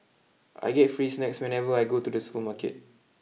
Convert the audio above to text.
I get free snacks whenever I go to the supermarket